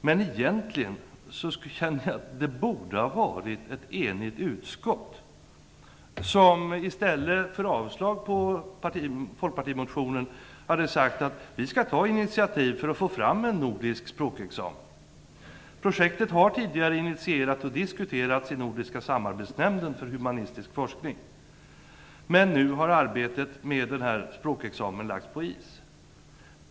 Men egentligen känner jag att det borde ha varit ett enigt utskott som i stället för avslag på folkpartimotionen hade sagt: Vi skall ta initiativ för att få fram en nordisk språkexamen. Projektet har tidigare initierats och diskuterats i Nordiska samarbetsnämnden för humanistisk forskning. Men nu har arbetet med denna språkexamen lagts på is.